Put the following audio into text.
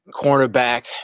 cornerback